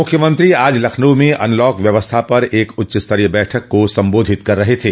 मुख्यमंत्री आज लखनऊ में अनलॉक व्यवस्था पर एक उच्चस्तरीय बैठक को संबोधित कर रहे थे